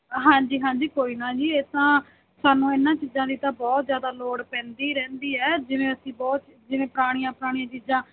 ਹਾਂਜੀ ਹਾਂਜੀ ਕੋਈ ਨਾ ਜੀ ਇਹ ਤਾਂ ਸਾਨੂੰ ਇਹਨਾਂ ਚੀਜ਼ਾਂ ਦੀ ਤਾਂ ਬਹੁਤ ਜ਼ਿਆਦਾ ਲੋੜ ਪੈਂਦੀ ਰਹਿੰਦੀ ਹੈ ਜਿਵੇਂ ਅਸੀਂ ਬਹੁਤ ਜਿਵੇਂ ਪੁਰਾਣੀਆਂ ਪੁਰਾਣੀਆਂ ਚੀਜ਼ਾਂ